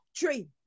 tree